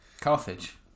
Carthage